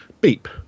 beep